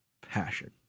passion